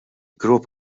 grupp